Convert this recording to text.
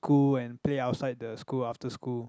go and play outside the school after school